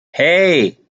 hey